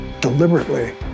deliberately